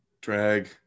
Drag